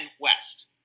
West